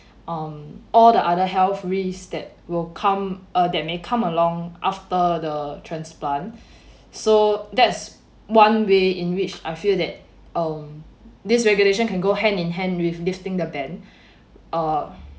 um all the other health risks that will come uh that may come along after the transplant so that's one way in which I feel that um this regulation can go hand in hand with lifting the ban uh